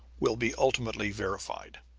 will be ultimately verified.